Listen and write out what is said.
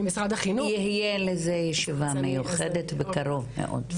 ממשרד החינוך --- תהיה לזה ישיבה מיוחדת בקרוב מאוד.